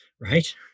right